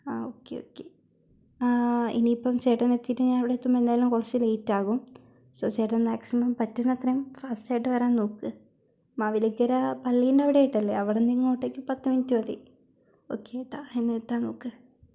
അ okay okay ഇനി ഇപ്പോൾ ചേട്ടൻ എത്തിയിട്ട് ഞാൻ എത്തുമ്പോൾ എന്തായാലും കുറച്ച് ലേറ്റാവും സോ ചേട്ടൻ മക്സിമം പറ്റുന്ന അത്രെയും ഫാസ്റ്റായിട്ട് വരാൻ നോക്ക് മാവേലിക്കര പള്ളിന്റവിടായിട്ടല്ലേ അവിടെന്നിങ്ങോട്ടേക്ക് പത്ത് മിനുറ്റ് മതി ഓക്കെ ഏട്ടാ എന്നാൽ എത്താൻ നോക്ക്